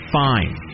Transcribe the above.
fine